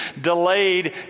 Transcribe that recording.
delayed